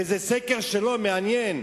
וזה סקר שלו, מעניין.